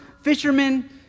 fishermen